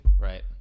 Right